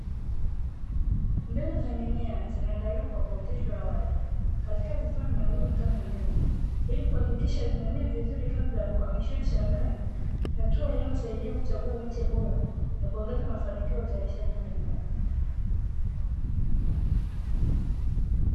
Mbegu za mimea zinaandaliwa kwa kuoteshwa awali katika vifaa maalumu kama ndoo ili kuhakikisha zinamea vizuri kabla ya kuhamishiwa shambani; hatua inayosaidia kuchagua miche bora na kuongeza mafanikio ya uzalishaji shambani.